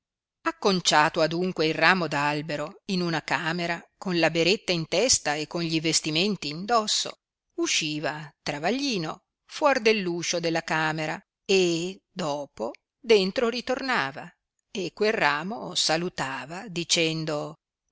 emilliano acconciato adunque il l'amo d albero in una camera con la beretta in testa e con gli vestimenti in dosso usciva travaglino fuori dell uscio della camera e dopo dentro ritornava e quel ramo salutava dicendo